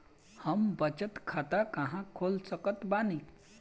हम बचत खाता कहां खोल सकत बानी?